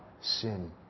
sin